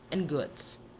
and goods.